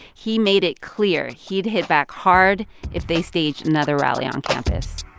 he made it clear he'd hit back hard if they staged another rally on campus